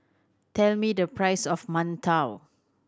tell me the price of mantou